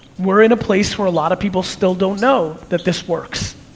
we're in a place where a lot of people still don't know that this works,